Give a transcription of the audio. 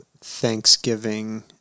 Thanksgiving